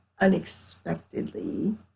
unexpectedly